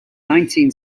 nineteen